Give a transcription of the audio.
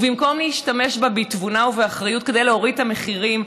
ובמקום להשתמש בה בתבונה ובאחריות כדי להוריד את המחירים,